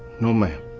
no, ma'am.